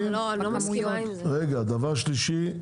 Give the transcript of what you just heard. רגע דבר שלישי,